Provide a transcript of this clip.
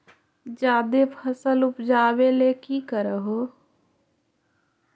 जादे फसल उपजाबे ले की कर हो?